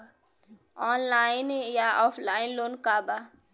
Online या offline loan का बा?